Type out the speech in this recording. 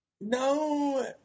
No